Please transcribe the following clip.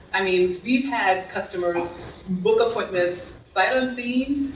i mean we've had customers book appointments, site-unseen.